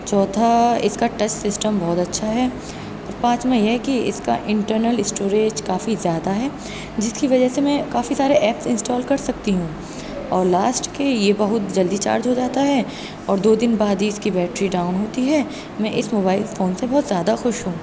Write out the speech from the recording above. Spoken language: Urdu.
چوتھا اِس کا ٹچ سسٹم بہت اچھا ہے پانچواں یہ ہے کہ اِس کا انٹرنل اسٹوریج کافی زیادہ ہے جس کی وجہ سے میں کافی سارے ایپس انسٹال کر سکتی ہوں اور لاسٹ کہ یہ بہت جلدی چارج ہو جاتا ہے اور دو دِن بعد ہی اِس کی بیٹری ڈاؤن ہوتی ہے میں اِس موبائل فون سے بہت زیادہ خوش ہوں